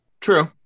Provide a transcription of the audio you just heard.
True